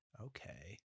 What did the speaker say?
Okay